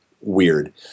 weird